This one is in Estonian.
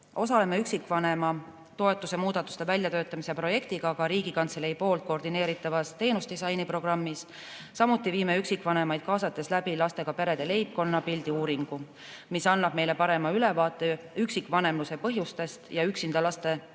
Osaleme üksikvanema toetuse muudatuste väljatöötamise projektiga ka Riigikantselei koordineeritavas teenusedisaini programmis. Samuti viime üksikvanemaid kaasates läbi lastega perede leibkonna pildi uuringu, mis annab meile parema ülevaate üksikvanemluse põhjustest ja üksinda last kasvatavate